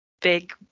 big